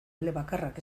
elebakarrak